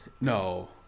No